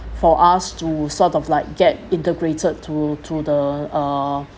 for us to sort of like get integrated to to the uh